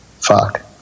fuck